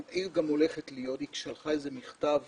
היא שלחה מכתב